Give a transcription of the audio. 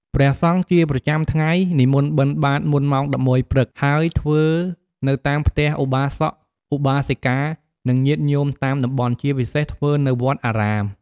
ព្រះសង្ឃជាប្រចាំថ្ងៃនិមន្តបិណ្ឌបាតមុនម៉ោង ១១ ព្រឹក ហើយធ្វើនៅតាមផ្ទះឧបាសក ឧបាសិកា និងញាតិញោមតាមតំបន់ ជាពិសេសធ្វើនៅវត្តអារាម។